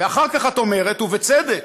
ואחר כך את אומרת, ובצדק: